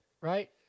right